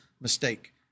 mistake